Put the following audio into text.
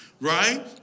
right